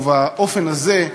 ובאופן הזה,